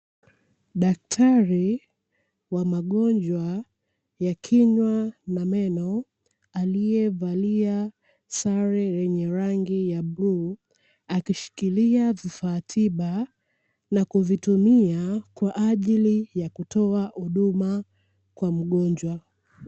Daktari wa magonjwa ya kinywa na meno, alievalia sare yenye rangi ya bluu akishikilia vifaa tiba na kuvitumia kwa ajili ya kutoa huduma kwa mgonjwa.